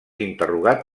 interrogat